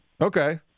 Okay